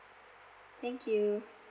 thank you